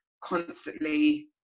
constantly